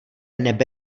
nebe